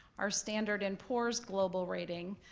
our standard in poor's global rating,